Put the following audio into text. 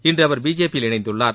இன்று அவர் பிஜேபியில் இணைந்துள்ளார்